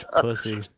pussy